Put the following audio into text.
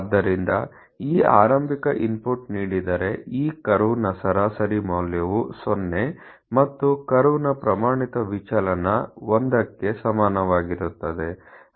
ಆದ್ದರಿಂದ ಈ ಆರಂಭಿಕ ಇನ್ಪುಟ್ ನೀಡಿದರೆ ಈ ಕರ್ವ್ನ ಸರಾಸರಿ ಮೌಲ್ಯವು 0 ಮತ್ತು ಈ ಕರ್ವ್ನ ಪ್ರಮಾಣಿತ ವಿಚಲನ 1 ಕ್ಕೆ ಸಮನಾಗಿರುತ್ತದೆ